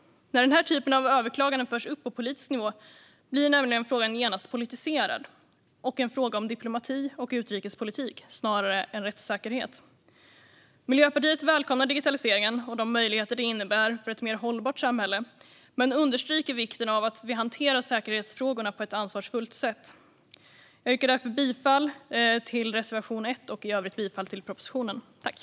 När den här typen av överklagande förs upp på politisk nivå blir nämligen frågan genast politiserad och en fråga om diplomati och utrikespolitik snarare än om rättssäkerhet. Miljöpartiet välkomnar digitaliseringen och de möjligheter den innebär för ett mer hållbart samhälle, men vi understryker vikten av att vi hanterar säkerhetsfrågorna på ett ansvarsfullt sätt. Jag yrkar därför bifall till reservation 1 och i övrigt bifall till förslaget i propositionen.